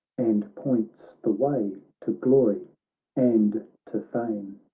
and points the way to glory and to fame.